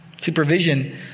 Supervision